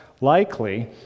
likely